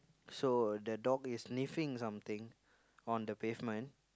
so the dog is sniffing something on the pavement